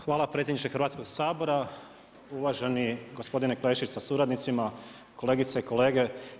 Hvala predsjedniče Hrvatskog sabora, uvaženi gospodine Klešić sa suradnicima, kolegice i kolege.